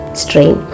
strain